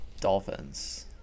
Dolphins